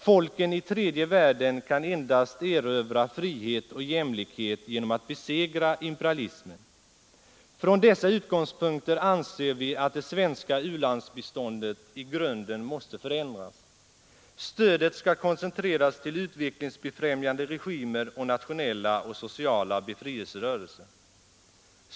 Folken i tredje världen kan endast erövra frihet och jämlikhet genom att besegra imperialismen. Från dessa utgångspunkter anser vi att det svenska u-landsbiståndet i grunden måste förändras. Stödet skall koncentreras till utvecklingsbefrämjande regimer och nationella och sociala befrielserörelser.